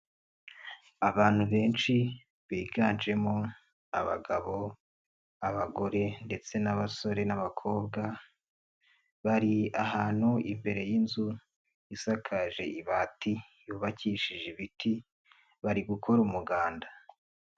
Abantu benshi biganjemo abagabo, abagore ndetse n'abasore n'abakobwa, bari ahantu imbere y'inzu isakaje ibati yubakishije ibiti, bari gukora umuganda.